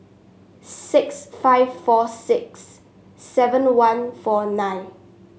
six five four six seven one four nine